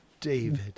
David